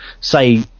say